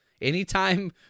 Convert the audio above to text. anytime